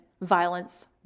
violence